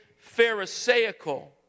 pharisaical